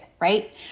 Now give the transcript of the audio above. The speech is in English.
right